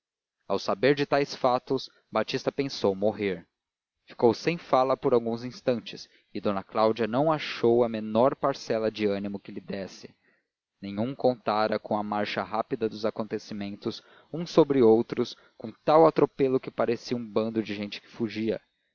ao saber de tais fatos batista pensou morrer ficou sem fala por alguns instantes e d cláudia não achou a menor parcela de ânimo que lhe desse nenhum contara com a marcha rápida dos acontecimentos uns sobre outros com tal atropelo que parecia um bando de gente que fugia